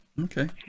Okay